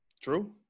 True